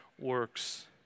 works